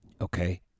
Okay